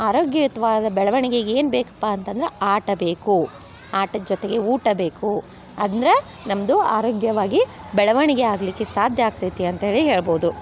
ಆರೋಗ್ಯಯುತವಾದ ಬೆಳ್ವಣ್ಗೆಗೆ ಏನು ಬೇಕಪ್ಪ ಅಂತಂದ್ರೆ ಆಟ ಬೇಕು ಆಟದ ಜೊತೆಗೆ ಊಟ ಬೇಕು ಅಂದ್ರೆ ನಮ್ಮದು ಆರೋಗ್ಯವಾಗಿ ಬೆಳವಣಿಗೆ ಆಗಲಿಕ್ಕೆ ಸಾಧ್ಯ ಆಗ್ತೈತಿ ಅಂತ ಹೇಳಿ ಹೇಳ್ಬೋದು